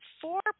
four